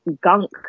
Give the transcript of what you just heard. gunk